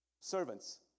servants